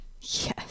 Yes